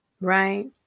right